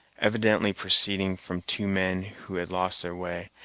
evidently proceeding from two men who had lost their way,